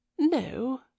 no